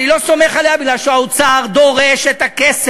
אני לא סומך על זה מפני שהאוצר דורש את הכסף,